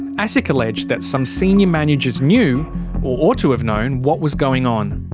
asic alleged that some senior managers knew or ought to have known what was going on.